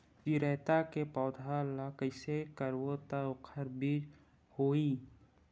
चिरैता के पौधा ल कइसे करबो त ओखर बीज होई?